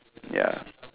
ya